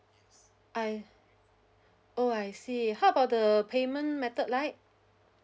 I oh I see how about the payment method like